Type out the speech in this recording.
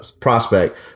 prospect